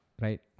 right